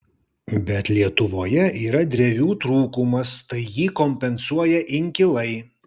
bet lietuvoje yra drevių trūkumas tai jį kompensuoja inkilai